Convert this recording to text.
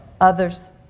others